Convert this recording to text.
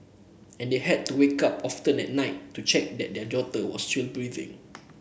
and they had to wake up often at night to check that their daughter was still breathing